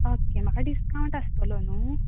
okay म्हाका discount आसतलो नू